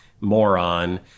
moron